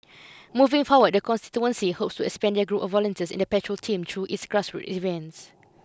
moving forward the constituency hopes to expand their group of volunteers in the patrol team through its grassroot events